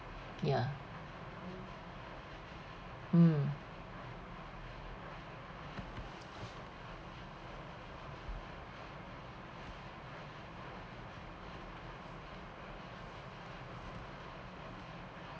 ya mm